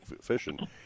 fishing